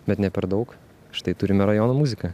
bet ne per daug štai turime rajono muziką